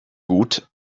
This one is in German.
gut